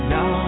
Now